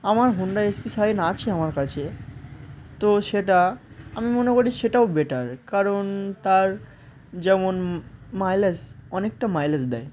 আমার Honda S P Shine আছে আমার কাছে তো সেটা আমি মনে করি সেটাও বেটার কারণ তার যেমন মাইলেজ অনেকটা মাইলেজ দেয়